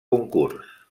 concurs